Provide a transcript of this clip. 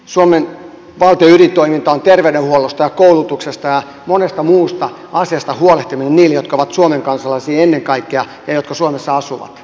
suomen valtion ydintoimintaa on terveydenhuollosta ja koulutuksesta ja monesta muusta asiasta huolehtiminen ennen kaikkea heille jotka ovat suomen kansalaisia ja jotka suomessa asuvat